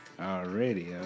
already